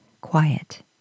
quiet